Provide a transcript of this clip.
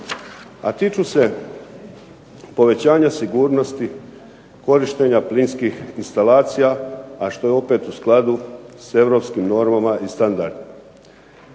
a tiču se povećanja sigurnosti korištenja plinskih instalacija, a što je opet u skladu s europskim normama i standardima.